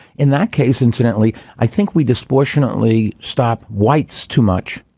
in that case, incidentally, i think we disproportionately stop whites too much